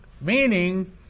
meaning